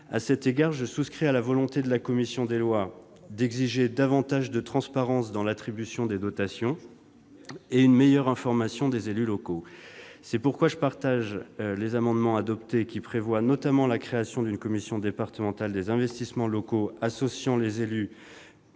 À cet égard, je souscris à la volonté de la commission des lois d'exiger davantage de transparence dans l'attribution des dotations ... Merci, cher collègue !... et une meilleure information des élus locaux. C'est pourquoi j'approuve les amendements adoptés, tendant notamment à créer une commission départementale des investissements locaux associant les élus